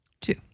Two